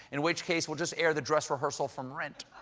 in which case, we'll just air the dress rehearsal from rent.